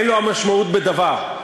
אין לו משמעות בדבר.